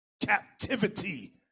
Captivity